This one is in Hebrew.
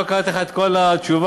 לא קראתי לך את כל התשובה,